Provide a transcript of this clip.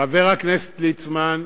חבר הכנסת ליצמן,